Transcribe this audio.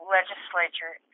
Legislature